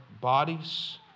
bodies